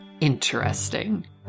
interesting